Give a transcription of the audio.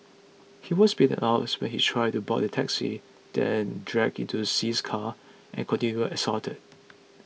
he was beaten up when he tried to board the taxi then dragged into See's car and continually assaulted